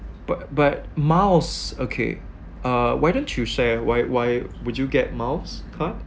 but but miles okay uh why don't you share why why would you get miles card